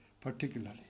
particularly